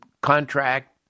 contract